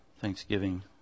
Thanksgiving